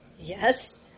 Yes